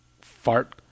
fart